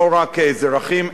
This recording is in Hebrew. לא רק כאזרחים,